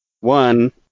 one